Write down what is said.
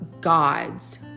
God's